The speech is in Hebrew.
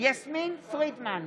יסמין פרידמן,